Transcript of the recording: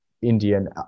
Indian